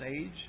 age